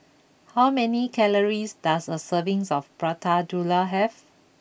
how many calories does a serving of Prata Telur have